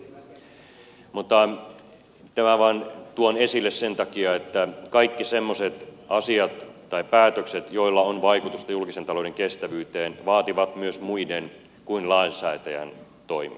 mutta tämän vain tuon esille sen takia että kaikki semmoiset asiat tai päätökset joilla on vaikutusta julkisen talouden kestävyyteen vaativat myös muiden kuin lainsäätäjän toimia